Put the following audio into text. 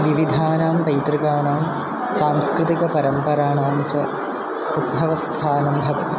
विविधानां पैत्रृकाणां सांस्कृतिकपरम्पराणां च उद्भवस्थानं भवति